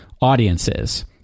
audiences